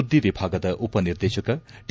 ಸುದ್ದಿ ವಿಭಾಗದ ಉಪನಿರ್ದೇಶಕ ಟಿ